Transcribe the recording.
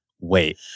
wait